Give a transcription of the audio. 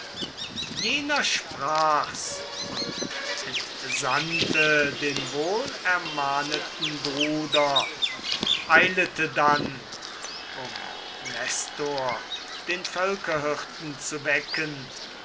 jener sprach's und entsandte den wohl ermahneten bruder eilete dann um nestor den völkerhirten zu wecken